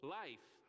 life